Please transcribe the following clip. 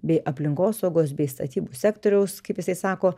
bei aplinkosaugos bei statybų sektoriaus kaip jisai sako